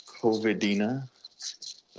COVIDina